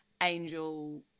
angel